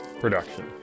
production